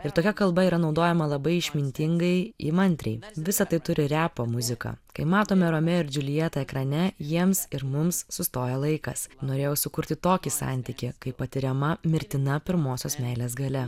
ir tokia kalba yra naudojama labai išmintingai įmantriai visa tai turi repo muzika kai matome romeo ir džiuljetą ekrane jiems ir mums sustoja laikas norėjau sukurti tokį santykį kai patiriama mirtina pirmosios meilės galia